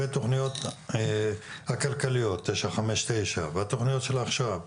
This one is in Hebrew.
והתוכניות הכלכליות 959 והתוכניות של עכשיו,